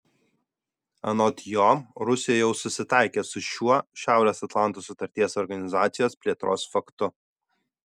anot jo rusija jau susitaikė su šiuo šiaurės atlanto sutarties organizacijos plėtros faktu